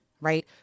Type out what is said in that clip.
right